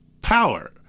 power